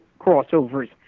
crossovers